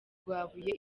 rwabuye